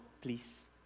please